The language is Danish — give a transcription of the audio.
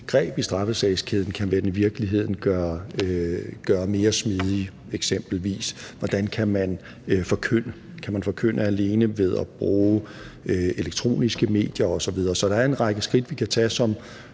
greb i straffesagskæden, man i virkeligheden kan gøre mere smidige, eksempelvis hvordan man kan forkynde. Kan man forkynde alene ved at bruge elektroniske medier osv.? Så der er en række skridt, vi kan tage,